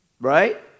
right